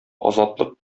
азатлык